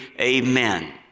Amen